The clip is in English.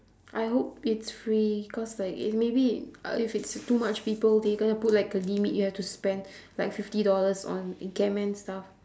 I hope it's free cause like if maybe uh if it's too much people they gonna put like a limit you have to spend like fifty dollars on a game and stuff